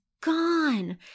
gone